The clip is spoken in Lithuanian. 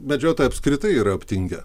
medžiotojai apskritai yra aptingę